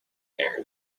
aaron